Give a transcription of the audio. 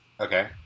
Okay